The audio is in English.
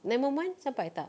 nine one one sampai tak